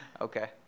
Okay